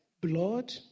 blood